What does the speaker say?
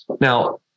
Now